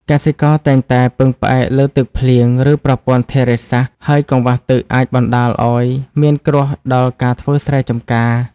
កសិករតែងតែពឹងផ្អែកលើទឹកភ្លៀង ឬប្រព័ន្ធធារាសាស្ត្រ ហើយកង្វះទឹកអាចបណ្តាលឱ្យមានគ្រោះដល់ការធ្វើស្រែចំការ។